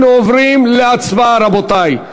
אנחנו עוברים להצבעה, רבותי.